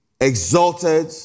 exalted